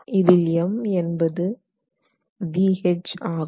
இதில் M என்பது Vh ஆகும்